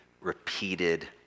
repeated